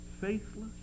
faithless